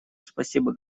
спасибо